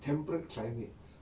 temperate climate